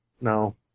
No